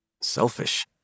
selfish